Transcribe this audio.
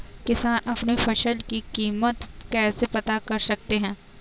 किसान अपनी फसल की कीमत कैसे पता कर सकते हैं?